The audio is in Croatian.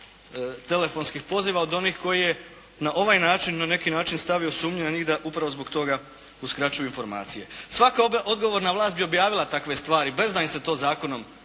telefonskih poziva od onih koje je na ovaj način ili neki način stavio sumnju na njih da upravo zbog toga uskraćuju informacije. Svaka odgovorna vlast bi objavila takve stvari bez da im se to zakonom